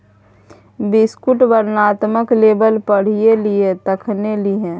बिस्कुटक वर्णनात्मक लेबल पढ़ि लिहें तखने लिहें